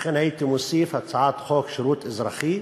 ולכן הייתי מוסיף: הצעת חוק שירות אזרחי